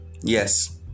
Yes